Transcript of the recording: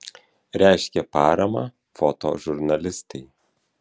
reiškė paramą fotožurnalistei